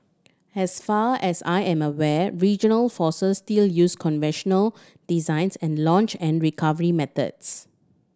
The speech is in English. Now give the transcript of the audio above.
as far as I am aware regional forces still use conventional designs and launch and recovery methods